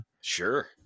sure